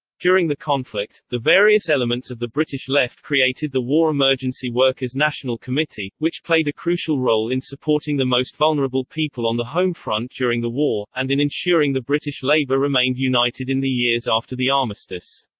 during the conflict, the various elements of the british left created the war emergency workers' national committee, which played a crucial role in supporting the most vulnerable people on the home front during the war, and in ensuring the british labour remained united in the years after the armistice.